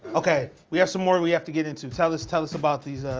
ok, we have some more we have to get into. tell us, tell us about these,